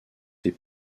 tes